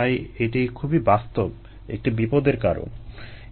তাই এটি খুবই বাস্তব একটি বিপদের কারণ